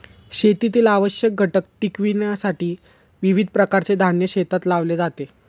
शेतीतील आवश्यक घटक टिकविण्यासाठी विविध प्रकारचे धान्य शेतात लावले जाते